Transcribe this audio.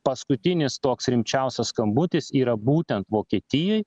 paskutinis toks rimčiausias skambutis yra būtent vokietijai